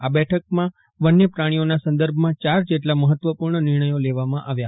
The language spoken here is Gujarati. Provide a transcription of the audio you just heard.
આ બેઠકમાં વન્યપ્રાણીઓના સંદર્ભમાં ચાર જેટલા મફત્વપૂર્ણ નિર્ણથો લેવામાં આવ્યા